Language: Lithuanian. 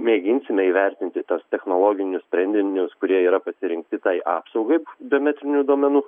mėginsime įvertinti tas technologinius sprendinius kurie yra pasirinkti tai apsaugai biometrinių duomenų